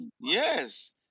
Yes